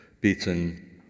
beaten